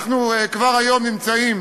כבר היום אנחנו נמצאים